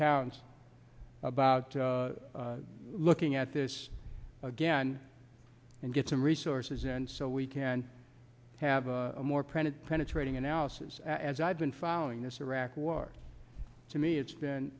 towns about looking at this again and get some resources and so we can have a more printed penetrating analysis as i've been following this iraq war to me it's